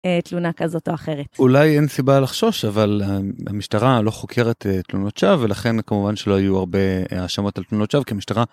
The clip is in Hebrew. תלונה כזאת או אחרת אולי אין סיבה לחשוש אבל המשטרה לא חוקרת תלונות שווא ולכן כמובן שלא היו הרבה האשמות על תלונות שווא כי המשטרה.